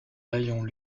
rayons